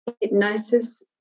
hypnosis